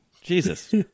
Jesus